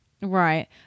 Right